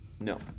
No